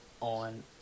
on